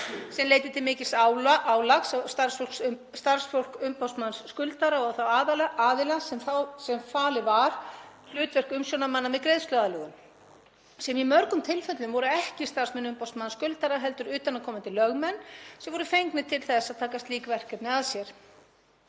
sem leiddi til mikils álags á starfsfólk umboðsmanns skuldara og þá aðila sem falið var hlutverk umsjónarmanna með greiðsluaðlögun sem í mörgum tilfellum voru ekki starfsmenn umboðsmanns skuldara heldur utanaðkomandi lögmenn sem voru fengnir til að taka slík verkefni að sér.